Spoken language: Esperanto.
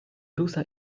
rusa